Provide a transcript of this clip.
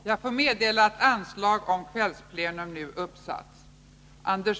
Jag får meddela att anslag om kvällsplenum nu har uppsatts.